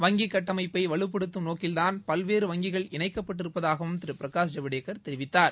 வங்கிக் கட்டமைப்பை வலுப்படுத்தும் நோக்கில்தான் பல்வேறு வங்கிகள் இணைக்கப்பட்டிருப்பதாகவும் திரு பிரகாஷ் ஜவடேக்கர் தெரிவித்தார்